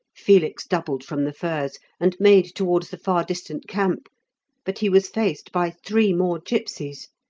felix doubled from the firs, and made towards the far-distant camp but he was faced by three more gipsies.